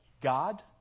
God